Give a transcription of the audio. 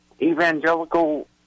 evangelical